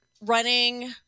running